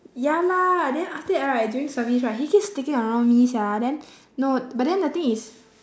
ya lah then after that right during service right he keep sticking around me sia then no but then the thing is